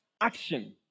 action